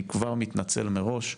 אני כבר מתנצל מראש,